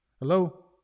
Hello